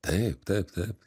taip taip taip